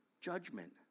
judgment